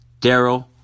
Daryl